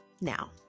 Now